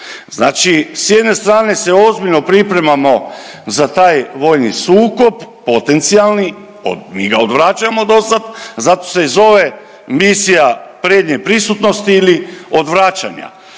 znači s jedne strane se ozbiljno pripremamo za taj vojni sukob, potencijalni, mi ga odvraćamo do sada, zato se i zove misija prednje prisutnosti ili odvraćanja.